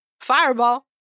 fireball